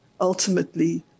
ultimately